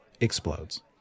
explodes